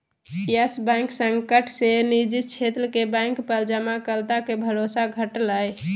yes Bank संकट से निजी क्षेत्र के बैंक पर जमाकर्ता के भरोसा घटलय